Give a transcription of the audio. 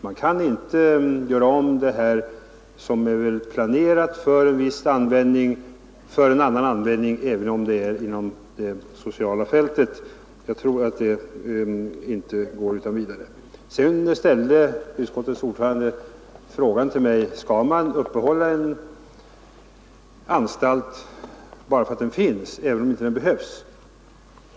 Man kan inte göra om vad som är planerat för en viss användning och låta det tjäna ett annat syfte, även om detta skulle befinna sig inom det sociala fältet. Jag tror inte att det går utan vidare. Socialutskottets ordförande ställde frågan till mig om man skall hålla en anstalt i verksamhet enbart därför att den finns, även om den inte behövs.